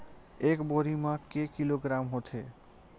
एक बोरी म के किलोग्राम होथे?